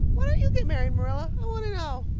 why don't you get married, marilla? i want to know.